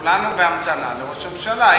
כולנו בהמתנה לראש הממשלה,